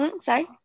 Sorry